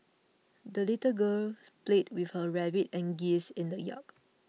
the little girl played with her rabbit and geese in the yard